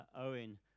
Owen